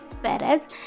Whereas